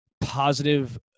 positive